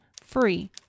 free